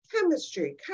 chemistry